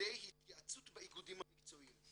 ידי התייעצות באיגודים המקצועיים.